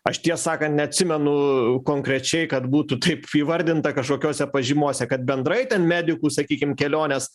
aš tiesą sakant neatsimenu konkrečiai kad būtų taip įvardinta kažkokiose pažymose kad bendrai ten medikų sakykim kelionės